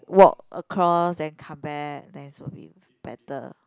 walk across then come back that is will be better